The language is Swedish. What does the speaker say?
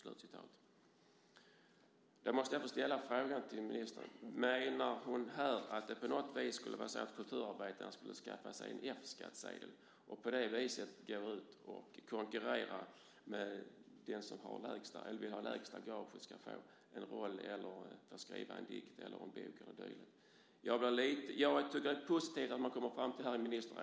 Jag måste få ställa följande fråga till ministern: Menar hon att kulturarbetarna skulle skaffa sig en F-skattsedel och på det viset gå ut och konkurrera för det lägsta gaget för att få en roll eller skriva en dikt, en bok eller något dylikt? Jag tycker det som ministerrådet kommit fram till är positivt.